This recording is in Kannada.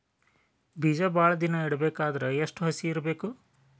ಬೇಜ ಭಾಳ ದಿನ ಇಡಬೇಕಾದರ ಎಷ್ಟು ಹಸಿ ಇರಬೇಕು?